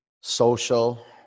social